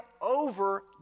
over